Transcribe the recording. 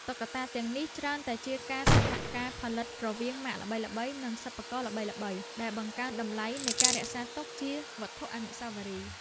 តុក្កតាទាំងនេះច្រើនតែជាការសហការផលិតរវាងម៉ាកល្បីៗ និងសិល្បករល្បីៗ ដែលបង្កើនតម្លៃនៃការរក្សាទុកជាវត្ថុអនុស្សាវរីយ៍។